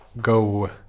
go